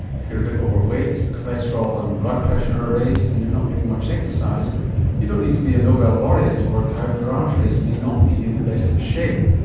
if you're a bit overweight, your cholesterol and blood pressure are raised and you're not getting much exercise you don't need to be a nobel laureate to work out your arteries may not be in the best of shape.